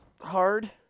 hard